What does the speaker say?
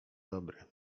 dobry